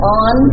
on